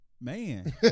Man